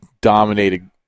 dominated